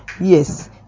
Yes